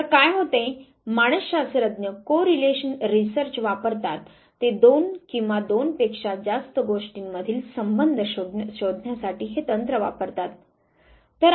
तर काय होते मानसशास्त्रज्ञ को रिलेशन रिसर्च वापरतात ते दोन किंवा दोनपेक्षा जास्त गोष्टींमधील संबंध शोधण्यासाठी हे तंत्र वापरतात